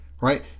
right